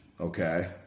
Okay